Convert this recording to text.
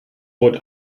rot